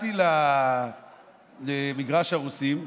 יום אחד באתי למגרש הרוסים,